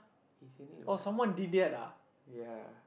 he's in it what ya